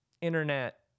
internet